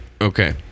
okay